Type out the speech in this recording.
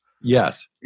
Yes